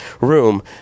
room